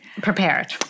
Prepared